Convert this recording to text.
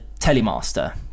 telemaster